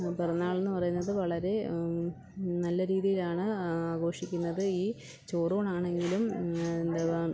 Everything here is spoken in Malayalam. പിറന്നാളെന്ന് പറയുന്നത് വളരെ നല്ല രീതിയിൽ ആണ് ആഘോഷിക്കുന്നത് ഈ ചോറൂണ് ആണെങ്കിലും എന്താ